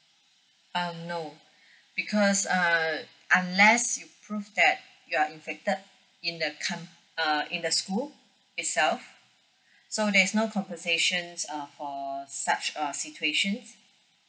um no because err unless you prove that you are infected in the comp~ uh in the school itself so there's no conversations uh for such uh situations